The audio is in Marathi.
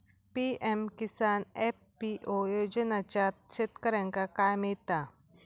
पी.एम किसान एफ.पी.ओ योजनाच्यात शेतकऱ्यांका काय मिळता?